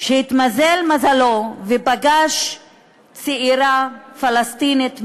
שהתמזל מזלו ופגש צעירה פלסטינית מג'נין,